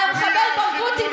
על המחבל ברגותי,